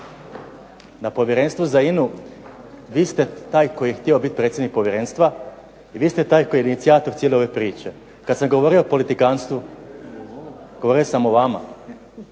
Na povjerenstvu za INA-u vi ste taj koji je htio biti predsjednik povjerenstva, i vi ste taj koji je inicijator cijele ove priče. Kad sam govorio o politikantstvu, govorio sam o vama.